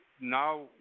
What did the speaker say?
Now